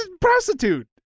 prostitute